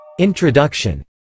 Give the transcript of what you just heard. Introduction